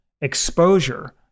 exposure